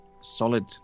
solid